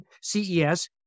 CES